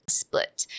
split